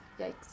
yikes